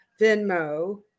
Venmo